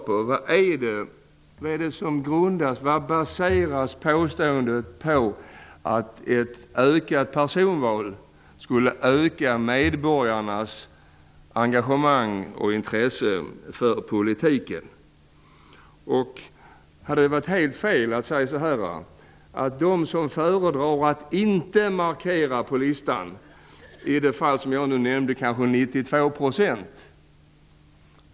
På vad baseras påståendet att ett ökat personvalsinslag skulle öka medborgarnas engagemang och intresse för politiken? Hade det varit helt fel att säga så här: 92 % av väljarna kanske föredrar, som jag framhöll i mitt exempel, att inte markera person på listan.